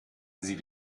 sie